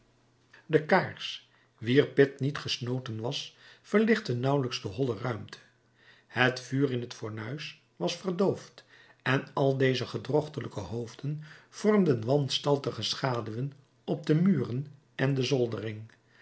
de kaars wier pit niet gesnoten was verlichtte nauwelijks de holle ruimte het vuur in het fornuis was verdoofd en al deze gedrochtelijke hoofden vormden wanstaltige schaduwen op de muren en de zoldering